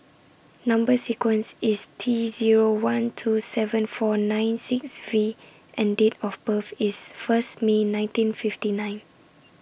Number sequence IS T Zero one two seven four nine six V and Date of birth IS First May nineteen fifty nine